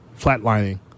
flatlining